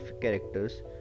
characters